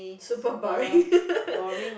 super boring